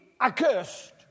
accursed